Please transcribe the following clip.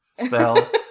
spell